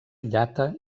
llata